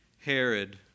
Herod